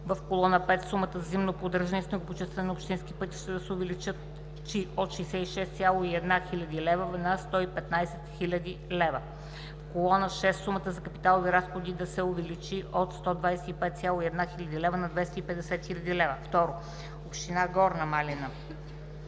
в колона 5 сумата за зимно поддържане и снегопочистване на общински пътища да се увеличи от 66,1 хил. лв. на 115 хил. лв.; - в колона 6 сумата за капиталови разходи се увеличава от 125,1 хил. лв. на 250 хил. лв. 2. Община Горна Малина: